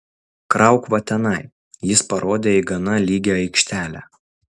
krauk va tenai jis parodė į gana lygią aikštelę